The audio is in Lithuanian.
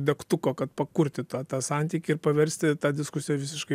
degtuko kad pakurti tą tą santykį ir paversti tą diskusiją visiškai